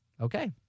okay